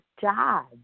job